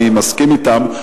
אני מסכים אתן,